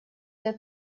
для